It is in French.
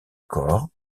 corps